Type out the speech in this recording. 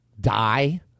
die